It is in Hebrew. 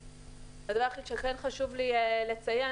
הדבר היחיד שכן חשוב לי לציין,